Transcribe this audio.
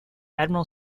admiral